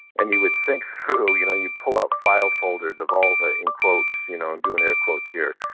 and you would think through you know you pull out file folders of all the, in quotes, you know i'm doing air quotes here,